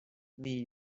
nii